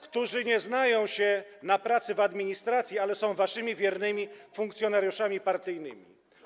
którzy nie znają się na pracy w administracji, ale są waszymi wiernymi funkcjonariuszami partyjnymi?